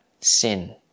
sin